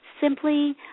simply